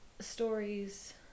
stories